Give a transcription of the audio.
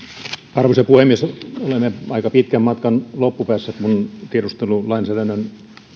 arvoisa puhemies olemme aika pitkän matkan loppupäässä kun tiedustelulainsäädännön